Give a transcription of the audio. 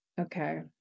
Okay